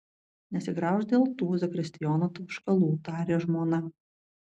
nesigraužk dėl tų zakristijono tauškalų tarė žmona